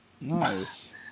Nice